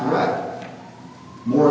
right more